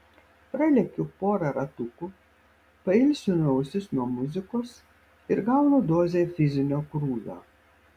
pralekiu porą ratukų pailsinu ausis nuo muzikos ir gaunu dozę fizinio krūvio